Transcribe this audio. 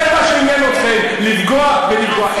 זה מה שעניין אתכם, לפגוע ולפגוע.